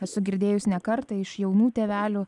esu girdėjus ne kartą iš jaunų tėvelių